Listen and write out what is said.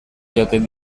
joaten